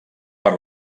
per